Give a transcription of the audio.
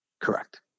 Correct